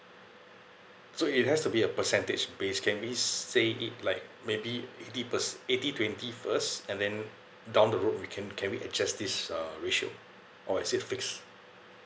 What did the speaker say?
so it has to be a percentage base can we say it like maybe eighty perce~ eighty twenty first and then down the road we can can we adjust this uh ratio or is it fixed